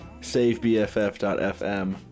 SaveBFF.fm